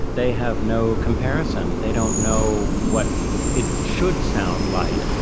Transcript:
they have no comparison, they don't know what it should sound like.